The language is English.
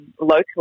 locally